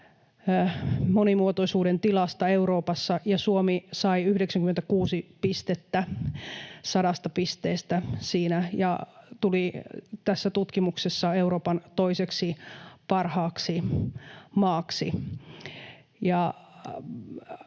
monimuotoisuuden tilasta Euroopassa, ja Suomi sai siinä 96 pistettä 100 pisteestä ja tuli tässä tutkimuksessa Euroopan toiseksi parhaaksi maaksi.